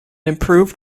improved